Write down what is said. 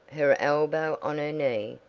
her elbow on her knee,